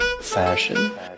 Fashion